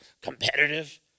competitive